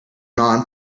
non